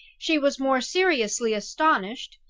she was more seriously astonished,